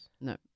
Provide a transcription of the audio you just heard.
no